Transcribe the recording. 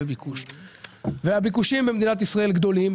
היצע וביקוש - הביקושים במדינת ישראל גדולים.